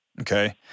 Okay